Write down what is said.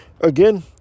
again